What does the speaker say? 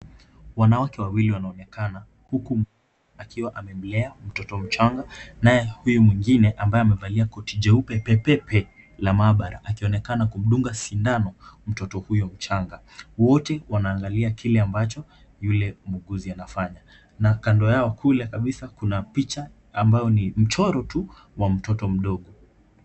Wanawake wawili wanaonekana, huku mmoja akiwa amemlea mtoto mchanga, naye huyu mwengine ambaye amevalia koti jeupe pepepe la mahabara, akionekana kumdunga sindano mtoto huyo mchanga. Wote wanaangalia kile ambacho yule muuguzi anafanya, na kando yao kule kabisa, kuna picha ambayo ni mchoro tu wa mtoto mdogo.